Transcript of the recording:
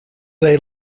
they